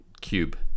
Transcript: Cube